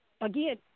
again